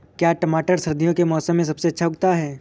क्या टमाटर सर्दियों के मौसम में सबसे अच्छा उगता है?